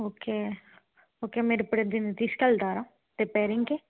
okay okay మీరు ఇప్పుడు దీన్ని తీసుకెళ్తారా రిపేరింగ్కి